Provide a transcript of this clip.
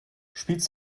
spielst